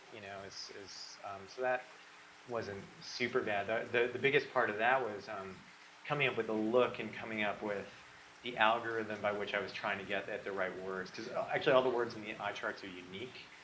you know is, is so that wasn't super-bad. ah the, the biggest part of that was um coming up with the look and coming up with the algorithm by which i was trying to get at the right words, cause actually all the words in the and eye charts are unique,